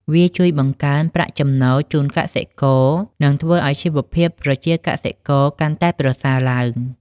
វាជួយបង្កើនប្រាក់ចំណូលជូនកសិករ និងធ្វើឱ្យជីវភាពប្រជាកសិករកាន់តែប្រសើរឡើង។